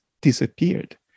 disappeared